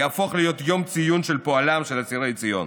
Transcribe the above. יהפוך להיות יום ציון של פועלם של אסירי ציון.